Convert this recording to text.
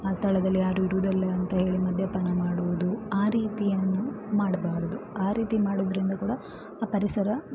ಆ ಸ್ಥಳದಲ್ಲಿ ಯಾರೂ ಇರುವುದಿಲ್ಲ ಅಂತ ಹೇಳಿ ಮದ್ಯಪಾನ ಮಾಡುವುದು ಆ ರೀತಿಯನ್ನು ಮಾಡಬಾರದು ಆ ರೀತಿ ಮಾಡುವುದರಿಂದ ಕೂಡ ಆ ಪರಿಸರ